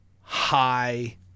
high